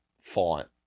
font